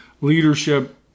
leadership